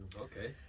Okay